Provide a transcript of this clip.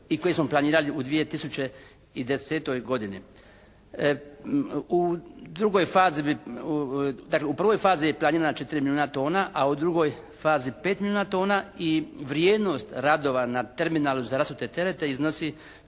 i koji smo planirali u 2010. godini. U drugoj fazi, u prvoj fazi je planirano 4 milijuna tona. A u drugoj fazi 5 milijuna tona i vrijednost radova na terminalu za rastu terete iznosi